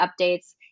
updates